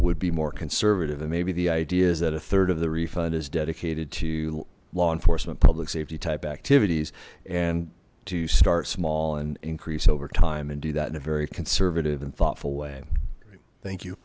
would be more conservative and maybe the idea is that a third of the refund is dedicated to law enforcement public safety type activities and to start small and increase over time and do that in a very conservative and thoughtful way thank you